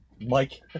Mike